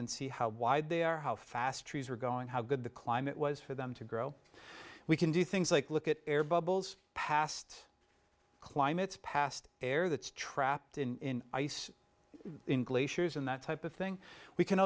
and see how wide they are how fast trees are going how good the climate was for them to grow we can do things like look at air bubbles past climates past air that's trapped in ice in glaciers and that type of thing we can